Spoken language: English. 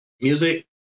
Music